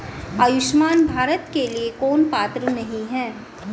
आयुष्मान भारत के लिए कौन पात्र नहीं है?